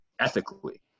ethically